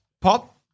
Pop